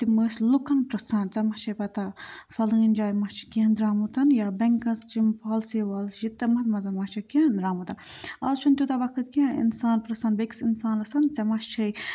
تِم ٲسۍ لُکَن پِرٛژھان ژےٚ ما چھِے پَتہ فَلٲنۍ جایہِ ما چھِ کینٛہہ درٛامُتَن یا بٮ۪نٛکَس یِم پالسی والسی چھِ تِمَن منٛزَن ما چھِ کینٛہہ درٛامُتَن آز چھُنہٕ تیوٗتاہ وقت کیٚنٛہہ اِنسان پِرٛژھان بٮ۪کِس اِنسانسٕن ژےٚ ما چھے